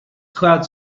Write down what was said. clouds